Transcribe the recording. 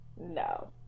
no